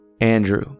Andrew